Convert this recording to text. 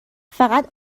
فقط